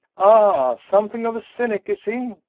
ah, something of a cynic, is he?